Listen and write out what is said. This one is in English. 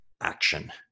action